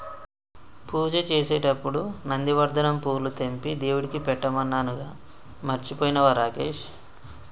పూజ చేసేటప్పుడు నందివర్ధనం పూలు తెంపి దేవుడికి పెట్టమన్నానుగా మర్చిపోయినవా రాకేష్